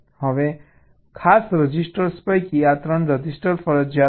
હવે ખાસ રજીસ્ટર પૈકી આ 3 રજીસ્ટર ફરજીયાત છે